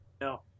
No